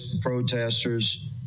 protesters